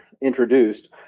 introduced